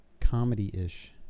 comedy-ish